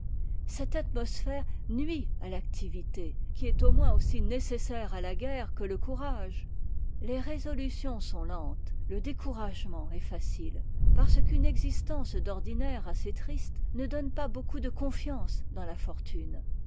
cette atmosphère nuit à l'activité qui est au moins aussi nécessaire à la guerre que le courage les résolutions sont lentes le découragement est facile parce qu'une existence d'ordinaire assez triste ne donne pas beaucoup de confiance dans la fortune